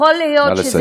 יכול להיות, נא לסיים.